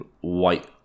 white